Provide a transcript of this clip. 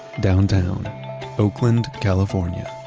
downtown oakland, california.